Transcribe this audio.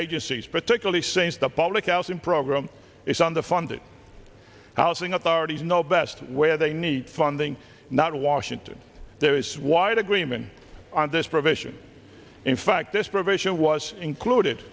agencies particularly since the public housing program is under funded housing authorities know best where they need funding not in washington there is wide agreement on this provision in fact this provision was included